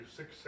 six